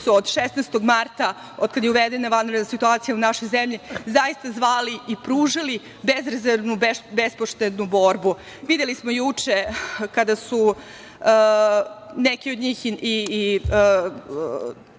od 16. marta otkad je uvedena vanredna situacija u našoj zemlji zaista zvali i pružali bezrezervnu, bespoštednu borbu. Videli smo juče kada su neki od njih